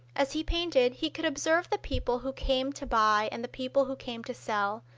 as he painted he could observe the people who came to buy and the people who came to sell,